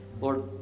Lord